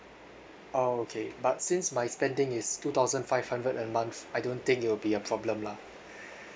orh okay but since my spending is two thousand five hundred a month I don't think it will be a problem lah